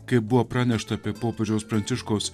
kai buvo pranešta apie popiežiaus pranciškaus